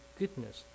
goodness